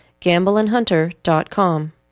gambleandhunter.com